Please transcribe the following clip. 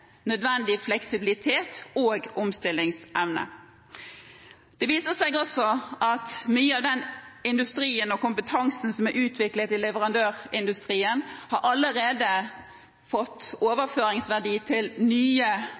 nødvendig fleksibilitet og omstillingsevne. Det viser seg også at mye av den industrien og kompetansen som er utviklet i leverandørindustrien, allerede har fått overføringsverdi til nye